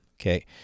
okay